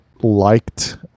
liked